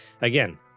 again